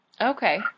Okay